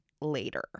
later